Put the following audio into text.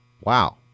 Wow